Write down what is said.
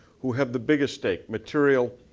who have the biggest stake, material